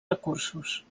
recursos